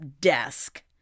desk